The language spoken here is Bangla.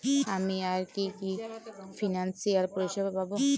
আমি আর কি কি ফিনান্সসিয়াল পরিষেবা পাব?